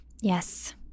yes